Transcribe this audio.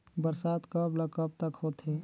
बरसात कब ल कब तक होथे?